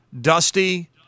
Dusty